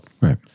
Right